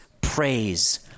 Praise